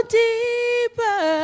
deeper